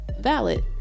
Valid